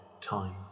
time